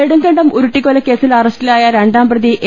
നെടുങ്കണ്ടം ഉരുട്ടിക്കൊലക്കേസിൽ അറസ്റ്റിലായ രണ്ടാം പ്രതി എ